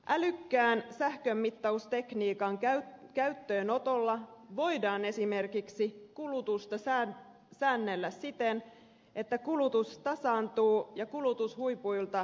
älykkään sähkönmittaustekniikan käyttöönotolla voidaan esimerkiksi kulutusta säännellä siten että kulutus tasaantuu ja kulutushuipuilta vältytään